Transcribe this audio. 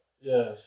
Yes